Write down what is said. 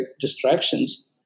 distractions